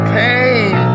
pain